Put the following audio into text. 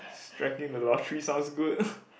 striking the lottery sounds good